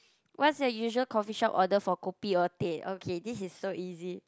what's your usual coffee shop order for kopi or teh okay this is so easy